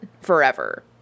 forever